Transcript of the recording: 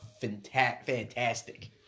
fantastic